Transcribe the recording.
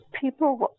people